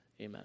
amen